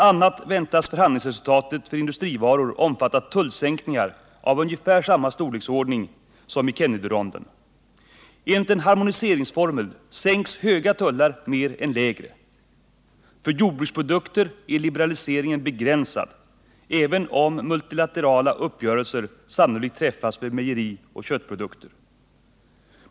a. väntas förhandlingsresultatet för industrivaror omfatta tullsänkningar av ungefär samma storleksordning som i Kennedyronden. Enligt en harmoniseringsformel sänks höga tullar mer än lägre. För jordbruksprodukter är liberaliseringen begränsad, även om multilaterala uppgörelser sannolikt träffas för mejerioch köttprodukter.